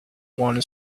one